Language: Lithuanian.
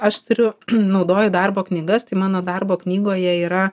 aš turiu naudoju darbo knygas tai mano darbo knygoje yra